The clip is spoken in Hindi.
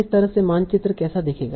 इस तरह से मानचित्र कैसा दिखेगा